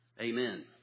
Amen